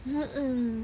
mm mm